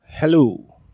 Hello